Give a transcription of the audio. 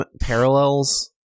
parallels